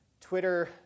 Twitter